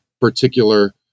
particular